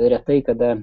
retai kada